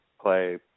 play